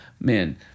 man